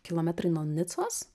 kilometrai nuo nicos